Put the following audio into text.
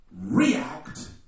react